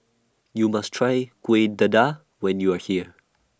YOU must Try Kuih Dadar when YOU Are here